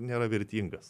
nėra vertingas